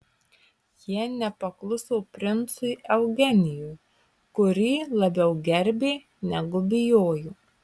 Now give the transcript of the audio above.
jie nepakluso princui eugenijui kurį labiau gerbė negu bijojo